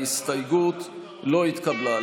ההסתייגות לא התקבלה.